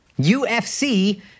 UFC